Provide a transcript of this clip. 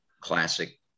classic